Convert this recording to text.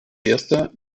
erster